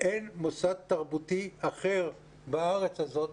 אין מוסד תרבותי אחר בארץ הזאת,